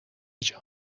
جان